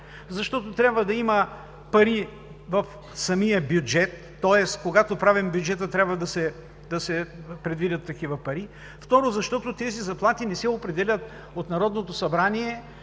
Защото трябва да има пари в самия бюджет, тоест, когато правим бюджета, трябва да се предвидят такива пари. Второ, защото тези заплати не се определят от Народното събрание,